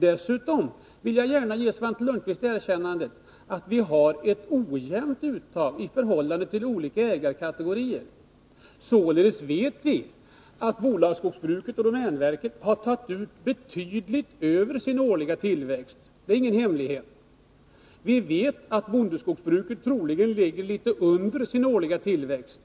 Jag vill gärna ge Svante Lundkvist det erkännandet att vi har ett ojämnt uttag i förhållande till olika ägarkategorier. Således vet vi att bolagsskogsbruket och domänverket har tagit ut betydligt över sin årliga tillväxt — det är ingen hemlighet. Vi vet också att bondeskogsbruket troligen ligger litet under sin årliga tillväxt.